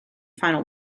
final